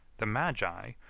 the magi,